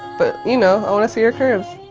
but, you know, i want to see your curves